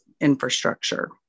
infrastructure